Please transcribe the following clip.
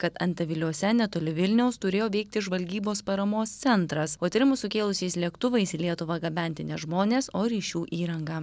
kad antaviliuose netoli vilniaus turėjo veikti žvalgybos paramos centras o įtarimų sukėlusiais lėktuvais į lietuvą gabenti ne žmonės o ryšių įranga